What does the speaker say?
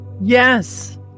Yes